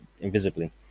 invisibly